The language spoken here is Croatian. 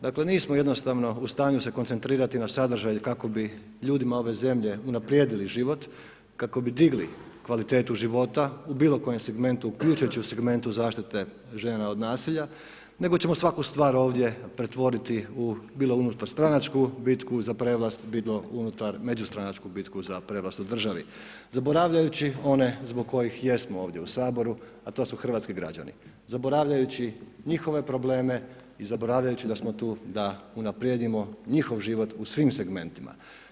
Dakle nismo se jednostavno u stanju koncentrirati na sadržaj kako bi ljudima ove zemlje unaprijedili život, kako bi digli kvalitetu životu u bilo kojem segmentu, uključujući u segmentu zaštite žena od nasilja nego ćemo svaku stvar ovdje pretvoriti bilo unutarstranačku bitku za prevlast, bilo unutar međustranačku bitku za prevlast u državi, zaboravljajući one zbog koji jesmo ovdje u Saboru, a to su hrvatski građani, zaboravljajući njihove probleme i zaboravljajući da smo tu da unaprijedimo njihov život u svim segmentima.